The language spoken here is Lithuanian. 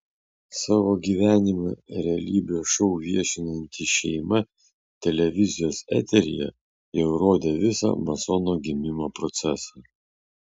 savo gyvenimą realybės šou viešinanti šeima televizijos eteryje jau rodė visą masono gimimo procesą